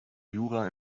jura